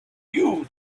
you